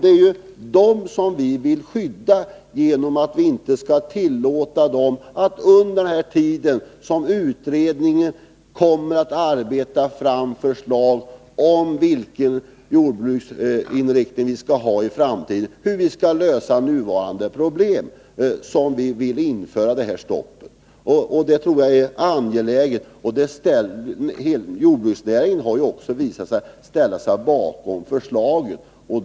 Det är dem som vi vill skydda genom att införa det här stoppet under den tid som utredningen arbetar fram förslag om den framtida inriktningen av jordbruket och om hur vi skall lösa nuvarande problem. Jag tror att detta är angeläget. Det har ju också visat sig att jordbruksnäringens organisationer ställt sig bakom förslaget.